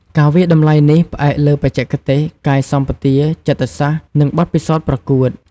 ការវាយតម្លៃនេះផ្អែកលើបច្ចេកទេស កាយសម្បទា ចិត្តសាស្ត្រ និងបទពិសោធន៍ប្រកួត។